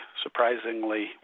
surprisingly